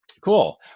Cool